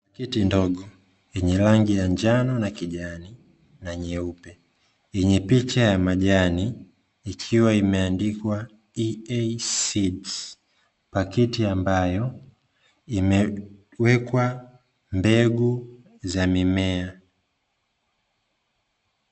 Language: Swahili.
Pakiti ndogo yenye rangi ya njano, kijani na nyeupe yenye picha ya majani ikiwa imeandikwa "EA SEED", pakiti ambayo imewekwa mbegu za mimea.